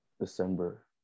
december